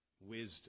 wisdom